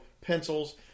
pencils